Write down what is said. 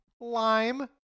Lime